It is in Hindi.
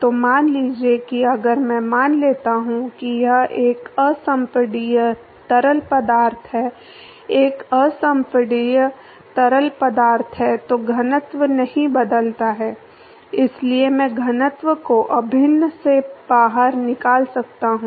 तो मान लीजिए कि अगर मैं मान लेता हूं कि यह एक असंपीड्य तरल पदार्थ है एक असंपीड्य तरल पदार्थ है तो घनत्व नहीं बदलता है इसलिए मैं घनत्व को अभिन्न से बाहर निकाल सकता हूं